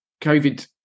COVID